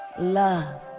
love